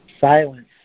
Silence